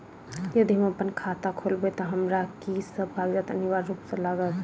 यदि हम अप्पन खाता खोलेबै तऽ हमरा की सब कागजात अनिवार्य रूप सँ लागत?